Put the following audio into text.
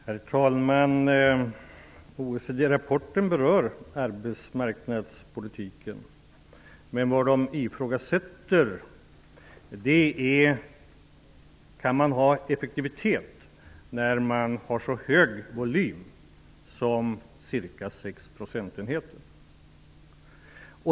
Herr talman! OECD-rapporten berör arbetsmarknadspolitiken, men det som ifrågasätts är om man kan vara effektiv när man har så stor volym som ca 6 procentenheter.